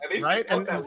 Right